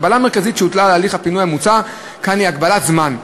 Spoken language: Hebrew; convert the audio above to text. הגבלה מרכזית שהוטלה על הליך הפינוי המוצע כאן היא הגבלת זמן.